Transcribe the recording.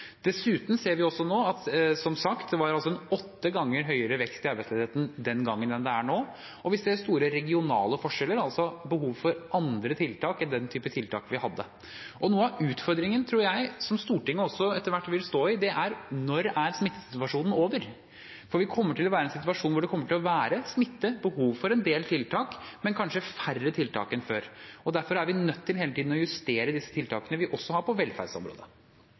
Dessuten ser vi som sagt at det var en åtte ganger høyere vekst i arbeidsledigheten den gangen enn det er nå, og vi ser store regionale forskjeller, altså behov for andre tiltak enn den typen tiltak vi hadde. Jeg tror noe av utfordringen som også Stortinget etter hvert vil stå i, er: Når er smittesituasjonen over? For vi kommer til å være i en situasjon hvor det vil være smitte og behov for en del tiltak, men kanskje færre tiltak enn før. Derfor er vi nødt til hele tiden å justere de tiltakene vi også har på velferdsområdet.